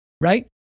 right